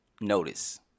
notice